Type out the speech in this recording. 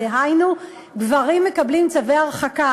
דהיינו, גברים מקבלים צווי הרחקה.